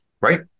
right